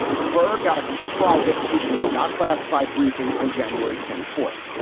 but got a private but we should say not classified briefing on january twenty fourth.